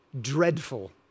dreadful